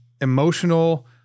emotional